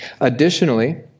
Additionally